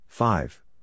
Five